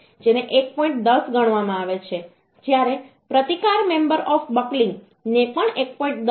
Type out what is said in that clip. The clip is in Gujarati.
10 ગણવામાં આવે છે જ્યારે પ્રતિકાર મેમ્બર ઓફ બકલિંગ તે પણ 1